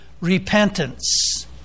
repentance